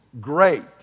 great